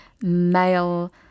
male